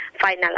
final